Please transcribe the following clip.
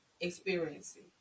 experiencing